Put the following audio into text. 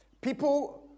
People